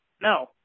No